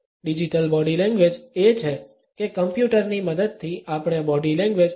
digital body language એ છે કે કમ્પ્યુટરની મદદથી આપણે બોડી લેંગ્વેજ કેવી રીતે સમજી શકીએ